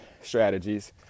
strategies